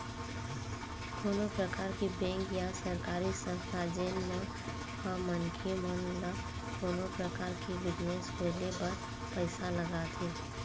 कोनो परकार के बेंक या सरकारी संस्था जेन मन ह मनखे मन ल कोनो परकार के बिजनेस खोले बर पइसा लगाथे